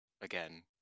again